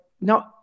no